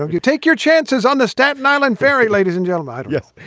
know, you take your chances on the staten island ferry, ladies and gentlemen. yes.